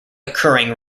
occurring